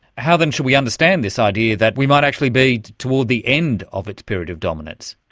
how then should we understand this idea that we might actually be towards the end of its period of dominance?